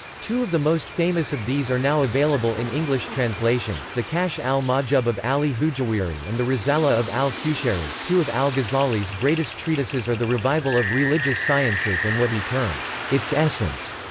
two of the most famous of these are now available in english translation the kashf al-mahjub of ali hujwiri and the risala of al-qushayri two of al-ghazali's greatest treatises are the revival of religious sciences and what he termed its essence,